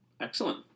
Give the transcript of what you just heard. Excellent